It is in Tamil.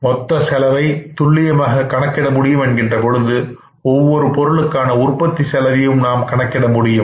மொத்த செலவை துள்ளியமாக கணிக்க முடியும் என்கின்ற போது ஒவ்வொரு பொருட்களுக்கான உற்பத்தி செலவையும் நாம் கண்டுபிடிக்க முடியும்